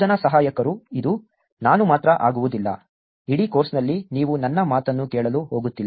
ಬೋಧನಾ ಸಹಾಯಕರು ಇದು ನಾನು ಮಾತ್ರ ಆಗುವುದಿಲ್ಲ ಇಡೀ ಕೋರ್ಸ್ನಲ್ಲಿ ನೀವು ನನ್ನ ಮಾತನ್ನು ಕೇಳಲು ಹೋಗುತ್ತಿಲ್ಲ